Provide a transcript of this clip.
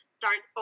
start